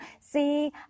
see